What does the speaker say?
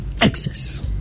excess